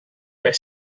were